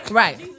right